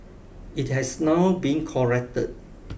it has now been corrected